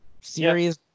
Series